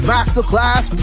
Masterclass